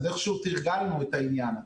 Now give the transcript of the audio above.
אז איכשהו תרגלנו את העניין הזה.